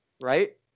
right